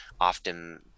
often